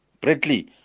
Bradley